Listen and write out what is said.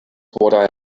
what